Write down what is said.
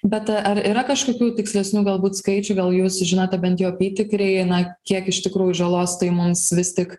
bet ar yra kažkokių tikslesnių galbūt skaičių gal jūs žinote bent jau apytikriai na kiek iš tikrųjų žalos tai mums vis tik